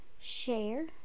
share